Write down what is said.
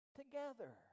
together